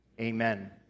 amen